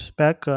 back